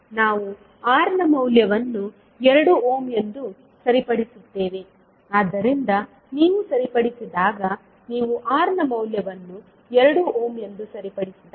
ನಾವು R ನ ಮೌಲ್ಯವನ್ನು 2 ಓಮ್ ಎಂದು ಸರಿಪಡಿಸುತ್ತೇವೆ ಆದ್ದರಿಂದ ನೀವು ಸರಿಪಡಿಸಿದಾಗ ನೀವು R ನ ಮೌಲ್ಯವನ್ನು 2 ಓಮ್ ಎಂದು ಸರಿಪಡಿಸಿದಾಗ